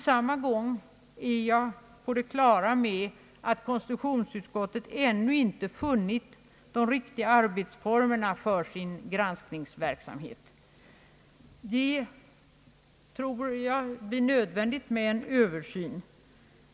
Samtidigt är jag på det klara med att konstitutionsutskottet ännu inte funnit de riktiga arbetsformerna för sin granskningsverksamhet. Jag tror alltså att det blir nödvändigt med en översyn.